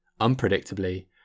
unpredictably